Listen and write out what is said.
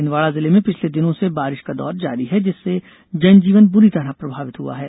छिन्दवाडा जिले में पिछले दिनों से बारिश का दौर जारी है जिससे जनजीवन बुरी तरह प्रभावित हुआ है